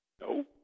No